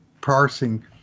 parsing